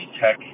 tech